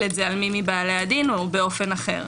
את זה על מי מבעלי הדין או באופן אחר.